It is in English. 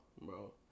bro